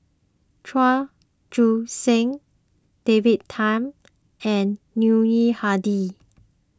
Chua Joon Siang David Tham and Yuni Hadi